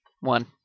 One